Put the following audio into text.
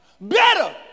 Better